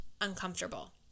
uncomfortable